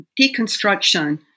deconstruction